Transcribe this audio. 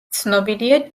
ცნობილია